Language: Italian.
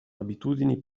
abitudini